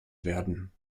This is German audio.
werden